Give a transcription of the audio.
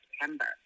September